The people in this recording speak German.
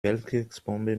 weltkriegsbombe